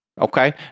Okay